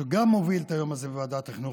שגם הוביל את היום הזה בוועדת החינוך